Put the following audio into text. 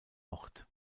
ort